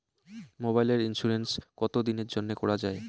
মোবাইলের ইন্সুরেন্স কতো দিনের জন্যে করা য়ায়?